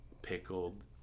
Pickled